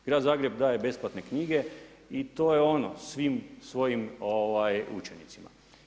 Grad Zagreb daje besplatne knjige i to je ono svim svojim učenicima.